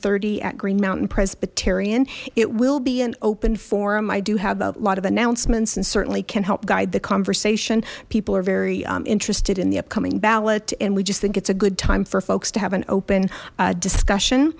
thirty at green mountain presbyterian it will be an open forum i do have a lot of announcements and certainly can help guide the conversation people are very interested in the upcoming ballot and we just think it's a good time for folks to have an open discussion